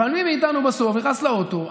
אבל מי מאיתנו נכנס לאוטו,